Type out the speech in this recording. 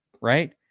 Right